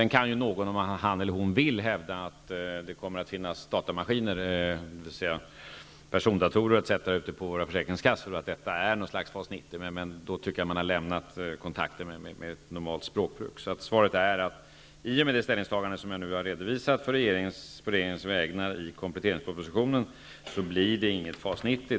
Naturligtvis kan den som så önskar hävda att det kommer att finnas datamaskiner, dvs. persondatorer etc., ute på våra försäkringskassor och att det är ett slags FAS 90. Men då tycker jag att man har kommit bort från ett normalt språkbruk. Mitt svar är således: I och med det ställningstagande som jag på regeringens vägnar har redovisat i kompletteringspropositionen blir det inget av FAS 90.